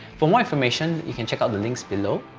for more information, you can check out the links below.